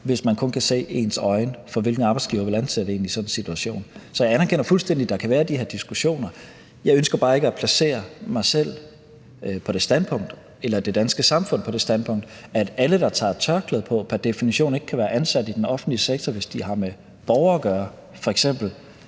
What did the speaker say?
hvis man kun kan se ens øjne, for hvilken arbejdsgiver vil ansætte en i sådan en situation? Så jeg anerkender fuldstændig, at der kan være de her diskussioner. Jeg ønsker bare ikke at placere mig selv på det standpunkt eller det danske samfund på det standpunkt, at alle, der tager et tørklæde på, pr. definition ikke kan være ansat i den offentlige sektor, hvis de har med borgere at gøre, f.eks.